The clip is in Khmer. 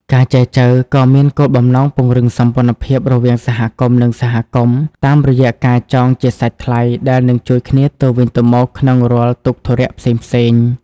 ការចែចូវក៏មានគោលបំណងពង្រឹងសម្ព័ន្ធភាពរវាងសហគមន៍ និងសហគមន៍ តាមរយៈការចងជាសាច់ថ្លៃដែលនឹងជួយគ្នាទៅវិញទៅមកក្នុងរាល់ទុក្ខធុរៈផ្សេងៗ។